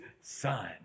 Son